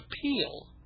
appeal